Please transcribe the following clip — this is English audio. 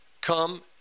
come